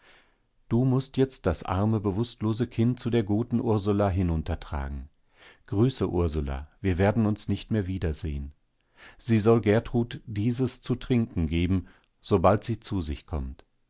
du mußt jetzt das arme bewußtlose kind zu der guten ursula hinuntertragen grüße ursula wir werden uns nicht mehr wiedersehen sie soll gertrud dieses zu trinken geben sobald sie zu sich kommt